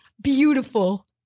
beautiful